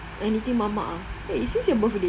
anything mamak ah eh is this your birthday